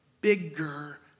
bigger